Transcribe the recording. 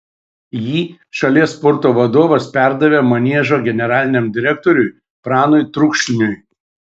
jį šalies sporto vadovas perdavė maniežo generaliniam direktoriui pranui trukšniui